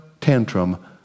tantrum